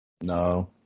No